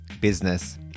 business